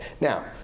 Now